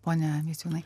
pone misiūnai